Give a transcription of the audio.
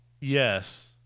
yes